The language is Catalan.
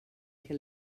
que